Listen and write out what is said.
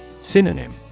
Synonym